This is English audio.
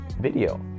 video